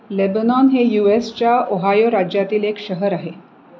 Lebanon हे U एसच्या Ohio राज्यातील एक शहर आहे